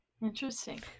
Interesting